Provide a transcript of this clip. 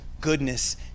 goodness